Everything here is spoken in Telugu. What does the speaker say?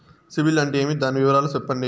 సిబిల్ అంటే ఏమి? దాని వివరాలు సెప్పండి?